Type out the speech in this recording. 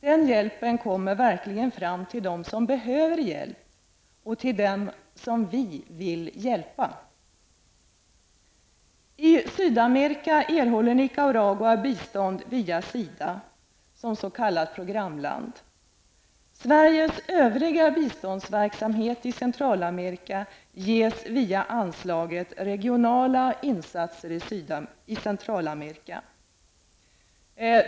Den hjälpen kommer verkligen fram till dem som behöver hjälp och till dem som vi vill hjälpa. I Sydamerika erhåller Nicaragua bistånd via SIDA som s.k. programland. Sveriges övriga biståndsverksamhet i Centralamerika ges via anslaget Regionala insatser i Centralamerika.